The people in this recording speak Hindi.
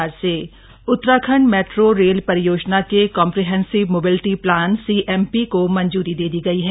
Uttarakhand metro Uttarakhand metro rail परियोजना के कॉम्प्रीहेंसिव मॉबिलिटी प्लान सीएमपी को मंजूरी दे दी गई है